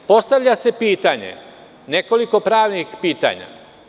Postavlja se nekoliko pravnih pitanja.